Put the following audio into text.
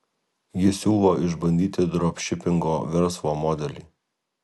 jis siūlo išbandyti dropšipingo verslo modelį